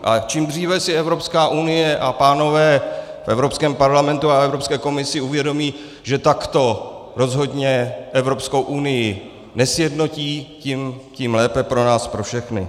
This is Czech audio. A čím dříve si Evropská unie a pánové v Evropském parlamentu a Evropské komisi uvědomí, že takto rozhodně Evropskou unii nesjednotí, tím lépe pro nás pro všechny.